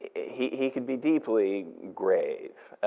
he he could be deeply grave.